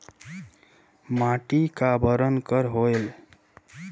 माटी का बरन कर होयल?